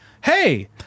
hey